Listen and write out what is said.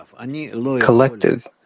collective